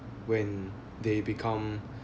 when they become